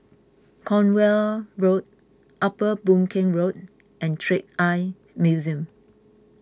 Cornwall Road Upper Boon Keng Road and Trick Eye Museum